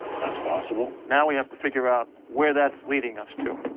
that's possible. now we have to figure out where that's leading us to.